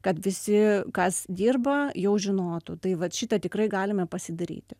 kad visi kas dirba jau žinotų tai vat šitą tikrai galime pasidaryti